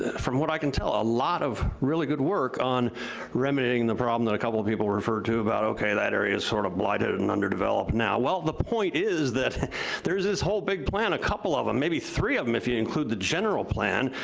from what i can tell, a lot of really good work on remedying the problem that a couple of people referred to about, okay, that area's sort of blighted and underdeveloped now. well, the point is that there's this whole big plan, a couple of them, maybe three of them, if you include the general plan,